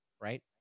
right